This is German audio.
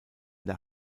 der